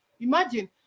Imagine